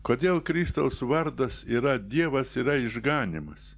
kodėl kristaus vardas yra dievas yra išganymas